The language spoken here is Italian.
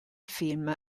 film